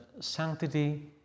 sanctity